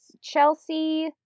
Chelsea